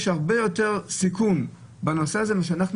יש הרבה יותר סיכון בנושא הזה ואנחנו